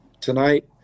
tonight